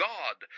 God